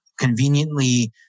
conveniently